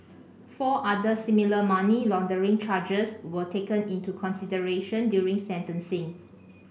four other similar money laundering charges were taken into consideration during sentencing